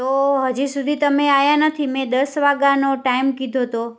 તો હજી સુધી તમે આવ્યા નથી મેં દસ વાગાનો ટાઈમ કીધો તો